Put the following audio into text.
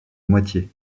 moitié